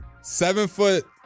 Seven-foot